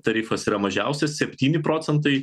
tarifas yra mažiausiai septyni procentai